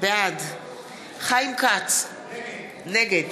בעד חיים כץ, נגד